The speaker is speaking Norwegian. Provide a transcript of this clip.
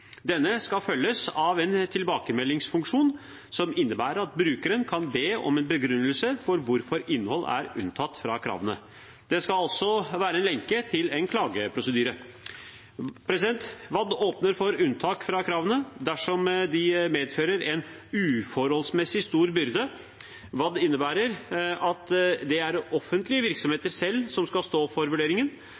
Denne skal følges av en tilbakemeldingsfunksjon, som innebærer at brukeren kan be om en begrunnelse for hvorfor innhold er unntatt fra kravene. Det skal også være en lenke til en klageprosedyre. WAD åpner for unntak fra kravene dersom de medfører en «uforholdsmessig stor byrde». WAD innebærer at det er offentlige virksomheter selv som skal stå for vurderingen.